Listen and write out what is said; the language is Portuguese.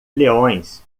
leões